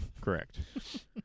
correct